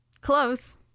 Close